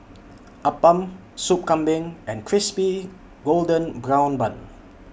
Appam Sup Kambing and Crispy Golden Brown Bun